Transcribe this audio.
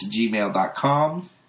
gmail.com